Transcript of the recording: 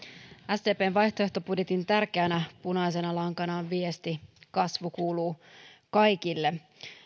sdpn vaihtoehtobudjetin tärkeänä punaisena lankana on viesti kasvu kuuluu kaikille